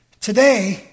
Today